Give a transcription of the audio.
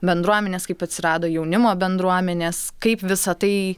bendruomenės kaip atsirado jaunimo bendruomenės kaip visa tai